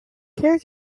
care